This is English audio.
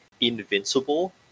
invincible